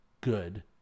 good